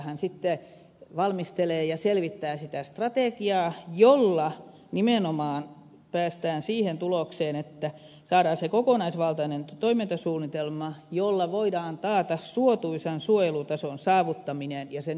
ympäristöministeriöhän sitten valmistelee ja selvittää sitä strategiaa jolla nimenomaan päästään siihen tulokseen että saadaan se kokonaisvaltainen toimintasuunnitelma jolla voidaan taata suotuisan suojelutason saavuttaminen ja sen ylläpitäminen